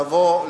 לבוא,